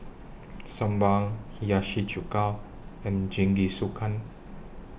Sambar Hiyashi Chuka and Jingisukan